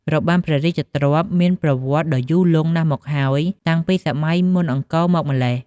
របាំព្រះរាជទ្រព្យមានប្រវត្តិដ៏យូរលង់ណាស់មកហើយ តាំងពីសម័យមុនអង្គរមកម្ល៉េះ។